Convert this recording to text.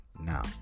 Now